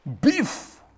beef